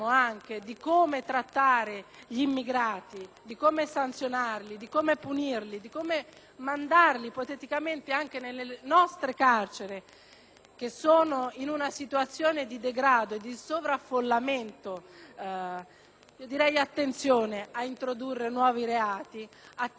mandarli ipoteticamente anche nelle nostre carceri, che sono in una situazione di degrado e di sovraffollamento, inviterei a fare attenzione ad introdurre nuovi reati ma ad introdurre, casomai, quelli che servono o che servirebbero anche all'Italia.